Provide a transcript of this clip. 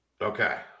Okay